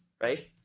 right